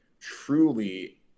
truly